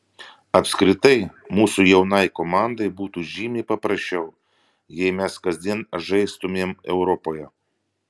apskritai mūsų jaunai komandai būtų žymiai paprasčiau jei mes kasdien žaistumėm europoje